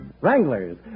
Wranglers